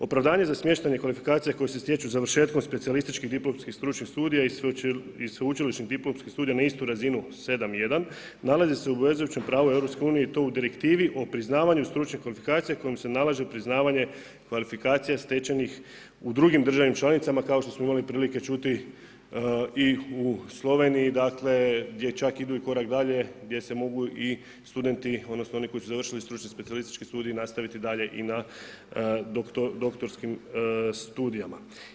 Opravdanje za smještanje kvalifikacija koje se stječu završetkom specijalističkih diplomskih stručnih studija i sveučilišnih diplomskih studija na istu razinu 7.1 nalazi se u obvezujućem pravu u EU i to u direktivi o priznavanju stručnih kvalifikacija kojim se nalaže priznavanje kvalifikacija stečenih u drugim državama člancima kao što smo imali prilike čuti i u Sloveniji gdje čak idu i korak dalje gdje se mogu studenti odnosno koji su završili stručni specijalistički studij nastaviti dalje i na doktorskim studijama.